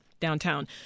downtown